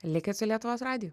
likęs lietuvos radiju